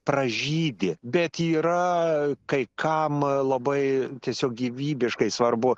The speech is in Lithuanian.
pražydi bet yra kai kam labai tiesiog gyvybiškai svarbu